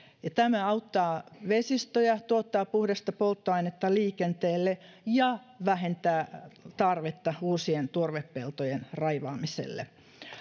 tämä auttaa vesistöjä tuottaa puhdasta polttoainetta liikenteelle ja vähentää tarvetta uusien turvepeltojen raivaamiselle